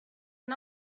can